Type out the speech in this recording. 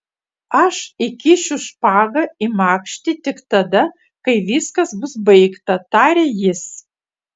aš įkišiu špagą į makštį tik tada kai viskas bus baigta tarė jis